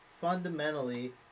Fundamentally